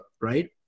right